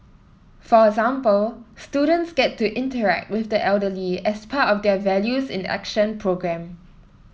for example students get to interact with the elderly as part of their values in Action programme